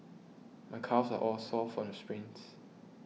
my calves are all sore from the sprints